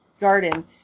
garden